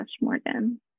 Morgan